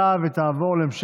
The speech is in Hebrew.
להעביר את